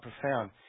profound